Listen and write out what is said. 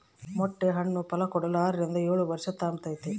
ಮೊಟ್ಟೆ ಹಣ್ಣು ಫಲಕೊಡಲು ಆರರಿಂದ ಏಳುವರ್ಷ ತಾಂಬ್ತತೆ